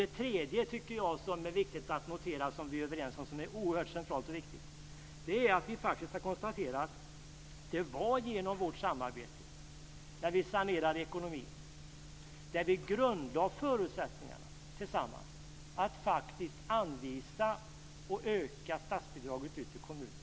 Det tredje som vi är överens om är oerhört centralt och viktigt, nämligen att det var vårt samarbete med saneringen av ekonomin som grundlade förutsättningarna för den ökade anvisningen av statsbidrag till kommunerna.